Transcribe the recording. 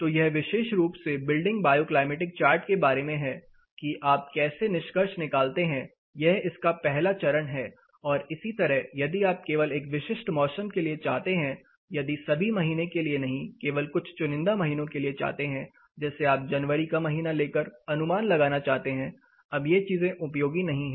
तो यह विशेष रूप से बिल्डिंग बायोकैमैटिक चार्ट के बारे में है कि आप कैसे निष्कर्ष निकालते हैं यह इसका पहला चरण है और इसी तरह यदि आप केवल एक विशिष्ट मौसम के लिए चाहते हैं यदि सभी महीने के लिए नहीं केवल कुछ चुनिंदा महीनों के लिए चाहते हैं जैसे आप जनवरी का महीना लेकर अनुमान लगाना चाहते हैं अब ये चीजें उपयोगी नहीं हैं